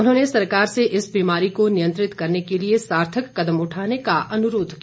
उन्होंने सरकार से इस बीमारी को नियंत्रित करने के लिए सार्थक कदम उठाने का अनुरोध किया